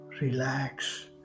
relax